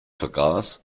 vergaß